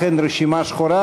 ואכן ערכנו רשימה שחורה,